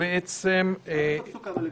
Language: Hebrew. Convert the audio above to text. לעודד את המערכת לעשות גם דברים נוספים כי זה לא